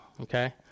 okay